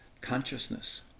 consciousness